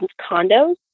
condos